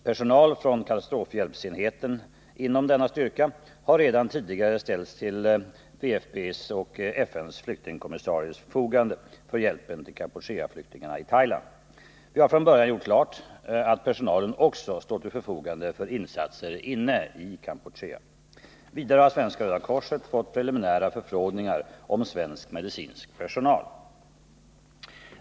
Personal från katastrofhjälpsenheten inom denna styrka har redan tidigare ställts till WFP:s och FN:s flyktingkommissaries förfogande för hjälpen till Kampucheaflyktingarna i Thailand, och vi har från början gjort klart att personalen också står till förfogande för insatser inne i Kampuchea. Vidare har Svenska röda korset fått preliminära förfrågningar om svensk medicinsk personal.